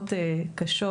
מחלוקות קשות,